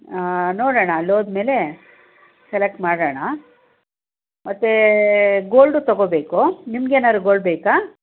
ನೋಡೋಣ ಅಲ್ಲಿ ಹೋದ್ಮೇಲೆ ಸೆಲೆಕ್ಟ್ ಮಾಡೋಣ ಮತ್ತೆ ಗೋಲ್ಡು ತಗೋಬೇಕು ನಿಮ್ಗೇನಾರು ಗೋಲ್ಡ್ ಬೇಕಾ